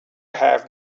have